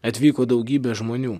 atvyko daugybė žmonių